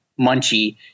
Munchie